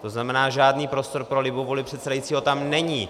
To znamená, žádný prostor pro libovůli předsedajícího tam není.